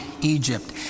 Egypt